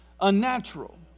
unnatural